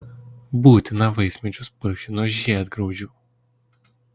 būtina vaismedžius purkšti nuo žiedgraužių